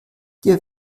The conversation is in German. dir